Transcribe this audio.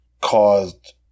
caused